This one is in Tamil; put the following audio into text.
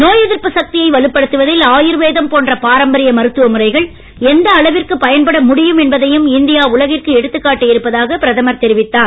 நோய் எதிர்ப்பு சக்தியை வலுப்படுத்துவதில் ஆயுர்வேதம் போன்ற பாரம்பரிய மருத்துவ முறைகள் எந்த அளவிற்கு பயன்பட முடியும் என்பதையும் இந்தியா உலகிற்கு எடுத்துக் காட்டி இருப்பதாக பிரதமர் தெரிவித்தார்